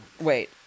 Wait